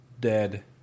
Dead